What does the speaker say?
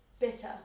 Bitter